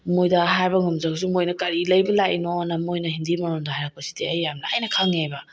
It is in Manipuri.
ꯃꯣꯏꯗ ꯍꯥꯏꯕ ꯉꯝꯗ꯭ꯔꯒꯁꯨ ꯃꯣꯏꯅ ꯀꯔꯤ ꯂꯩꯕ ꯂꯥꯛꯏꯅꯣꯅ ꯃꯣꯏꯅ ꯍꯤꯟꯗꯤ ꯃꯔꯣꯟꯗ ꯍꯥꯏꯔꯛꯄꯁꯤꯗꯤ ꯑꯩ ꯌꯥꯝ ꯂꯥꯏꯅ ꯈꯪꯉꯦꯕ